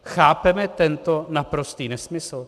Chápeme tento naprostý nesmysl?